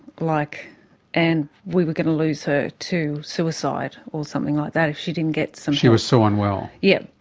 like and we were going to lose her to suicide or something like that if she didn't get some help. she was so unwell. yes.